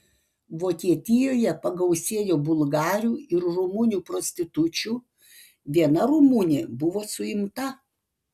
vokietijoje pagausėjo bulgarių ir rumunių prostitučių viena rumunė buvo suimta